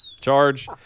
Charge